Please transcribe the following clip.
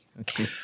Okay